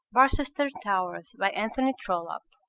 barchester towers by anthony trollope